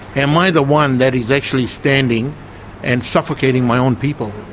am i the one that is actually standing and suffocating my own people,